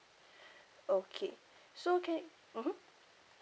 okay so can mmhmm